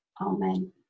Amen